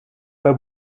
pas